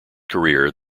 career